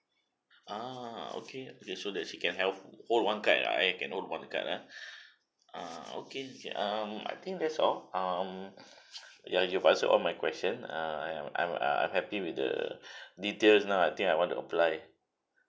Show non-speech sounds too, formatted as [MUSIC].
ah okay this so that she can help hold one card I can hold one card ah [BREATH] ah okay okay um I think that's all um ya you answered all my question err I'm I'm ah I happy with the [BREATH] details now I think I want to apply